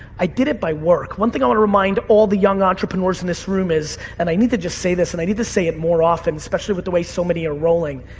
i did it by work. one thing i wanna remind all the young entrepreneurs in this room is, and i need to just say this and i need to say it more often, especially with the way so many are rolling,